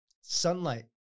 Sunlight